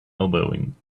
elbowing